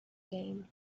game